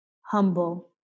humble